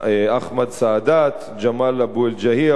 אחמד סעדאת, ג'מאל אבו אל-היג'א ועוד.